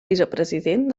vicepresident